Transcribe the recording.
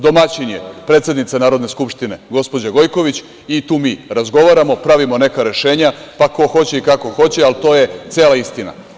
Domaćin je predsednica Narodne skupštine, gospođa Gojković i tu mi razgovaramo, pravimo neka rešenja, pa ko hoće i kako hoće, ali to je cela istina.